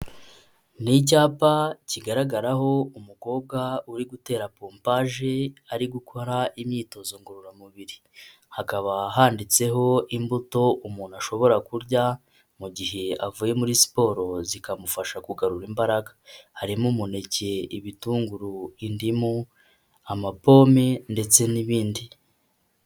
Ni cyapa kigaragaraho umukobwa uri gutera pompaje ari gukora imyitozo ngororamubiri hakaba handitseho imbuto umuntu ashobora kurya mu gihe avuye muri siporo zikamufasha kugarura imbaraga harimo umuneke, ibitunguru, indimu, ama pome ndetse n'ibindi.